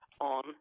on